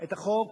את החוק